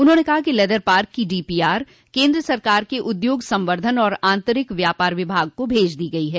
उन्होंने कहा कि लेदर पार्क की डीपीआर केन्द्र सरकार के उद्योग संवर्धन और आंतरिक व्यापार विभाग को भेज दी गई है